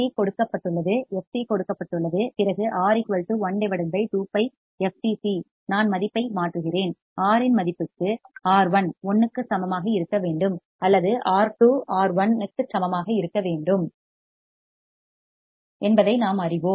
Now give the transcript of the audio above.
C கொடுக்கப்பட்டுள்ளது f c கொடுக்கப்பட்டுள்ளது பிறகு R 1 2 π fcC நான் மதிப்பை மாற்றுகிறேன் R இன் மதிப்புக்கு R1 1 க்கு சமமாக இருக்க வேண்டும் அல்லது R2 R1 க்கு சமமாக இருக்க வேண்டும் என்பதை நாம் அறிவோம்